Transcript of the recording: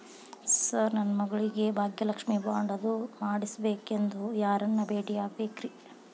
Sir ನನ್ನ ಮಗಳಿಗೆ Bhagyalakshmi bond ಅದು ಮಾಡಿಸಬೇಕೆಂದು ಯಾರನ್ನ ಭೇಟಿಯಾಗಬೇಕ್ರಿ?